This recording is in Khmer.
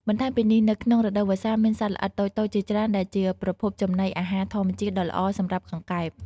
បន្ថែមពីនេះនៅក្នុងរដូវវស្សា មានសត្វល្អិតតូចៗជាច្រើន ដែលជាប្រភពចំណីអាហារធម្មជាតិដ៏ល្អសម្រាប់កង្កែប។